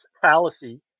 fallacy